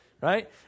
right